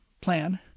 plan